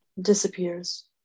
disappears